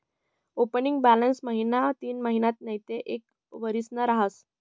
opening balance महिना तीनमहिना नैते एक वरीसना रहास